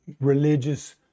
religious